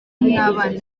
n’abana